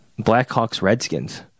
Blackhawks-Redskins